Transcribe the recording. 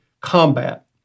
combat